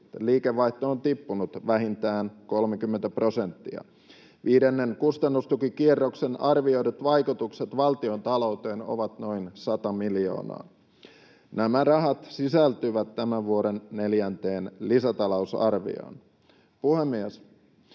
liikevaihto on tippunut vähintään 30 prosenttia. Viidennen kustannustukikierroksen arvioidut vaikutukset valtion talouteen ovat noin 100 miljoonaa. Nämä rahat sisältyvät tämän vuoden neljänteen lisätalousarvioon. Puhemies!